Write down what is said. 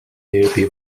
nearby